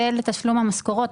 זה לתשלום משכורות.